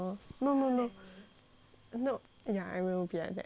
no ya I will be like that